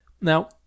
Now